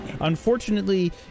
Unfortunately